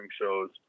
shows